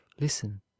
listen